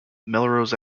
melrose